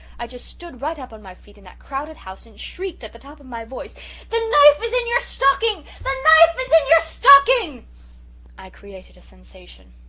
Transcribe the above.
i just stood right up on my feet in that crowded house and shrieked at the top of my voice the knife is in your stocking the knife is in your stocking i created a sensation!